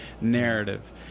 narrative